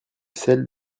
celles